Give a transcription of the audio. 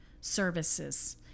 services